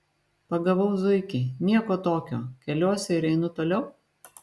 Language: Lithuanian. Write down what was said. pagavau zuikį nieko tokio keliuosi ir einu toliau